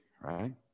right